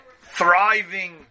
thriving